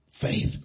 faith